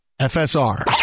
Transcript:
FSR